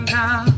now